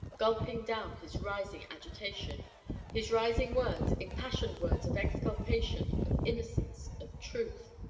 gulping down his rising agitation his rising words impassioned words of exculpation, of innocence, of truth.